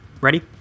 Ready